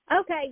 Okay